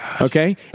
Okay